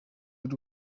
y’u